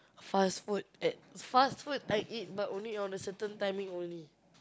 fast-food at fast-food I eat but only on a certain timing only